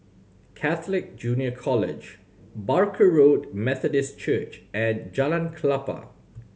Catholic Junior College Barker Road Methodist Church and Jalan Klapa